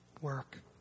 work